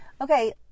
Okay